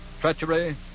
treachery